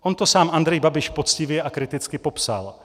On to sám Andrej Babiš poctivě a kriticky popsal.